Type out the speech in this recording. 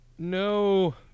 no